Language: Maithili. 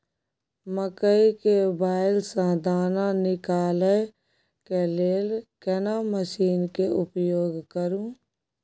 मकई के बाईल स दाना निकालय के लेल केना मसीन के उपयोग करू?